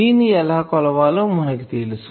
G ని ఎలా కొలవాలో మనకు తెలుసు